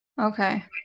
Okay